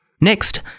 Next